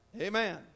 Amen